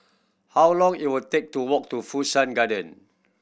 how long will take to walk to Fu Shan Garden